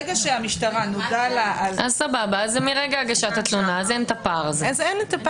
אז אין הפער הזה.